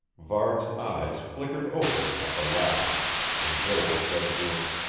varde's eyes flickered open at the last and joel said to him